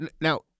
Now